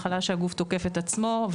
מחלה שהגוף תוקף את עצמו,